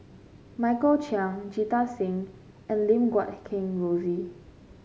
Michael Chiang Jita Singh and Lim Guat Kheng Rosie